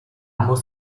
muss